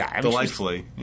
delightfully